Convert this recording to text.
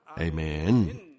Amen